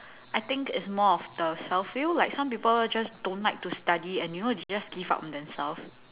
I think it's more of the self feel like some people like just don't like to study and you know they just give up on themselves